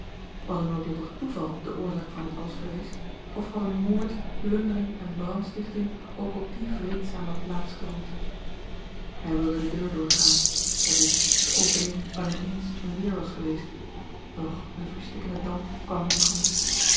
was een noodlottig toeval de oorzaak van dit alles geweest of hadden moord plundering en brandstichting ook op die vreedzame plaats gewoed hij wilde de deur doorgaan dat is de opening waarin eens eene deur was geweest doch een verstikkende damp kwam